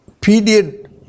Period